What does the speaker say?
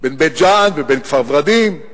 בין בית-ג'ן ובין כפר-ורדים,